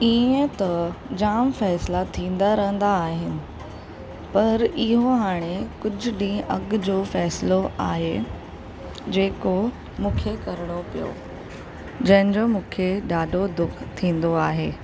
ईअं त जाम फ़ैसिला थींदा रहंदा आहिनि पर इहो हाणे कुझु ॾींहं अॻ जो फ़ैसिलो आहे जेको मूंखे करणो पियो जंहिंजो मूंखे ॾाढो दुख थींदो आहे